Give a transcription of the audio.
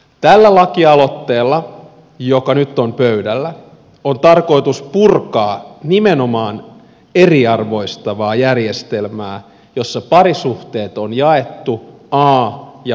tällä lakialoitteella joka nyt on pöydällä on tarkoitus purkaa nimenomaan eriarvoistavaa järjestelmää jossa parisuhteet on jaettu a ja b luokkaan